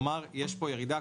כלומר, יש פה ירידה.